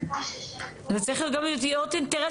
זוכרת את האמירה של המנהל שליווה אותי בסיור.